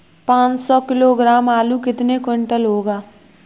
पाँच सौ किलोग्राम आलू कितने क्विंटल होगा?